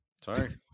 sorry